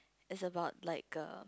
it's about like a